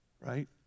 Right